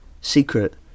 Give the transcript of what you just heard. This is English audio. Secret